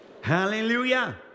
Hallelujah